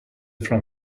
from